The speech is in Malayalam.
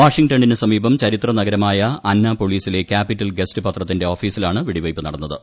വാഷിങ്ടണിന് സമീപം ചരിത്രനഗരമായ അന്നാപൊളിസിലെ ക്യാപ്പിറ്റൽ ഗസ്റ്റ് പത്രത്തിന്റെ ഓഫീസിലാണ് വെടിവയ്പ് നടന്നത്